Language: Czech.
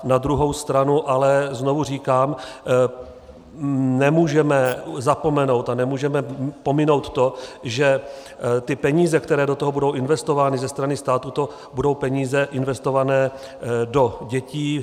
Na druhou stranu ale znovu říkám, nemůžeme zapomenout a nemůžeme pominout to, že ty peníze, které do toho budou investovány ze strany státu, to budou peníze investované do dětí.